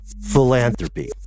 Philanthropy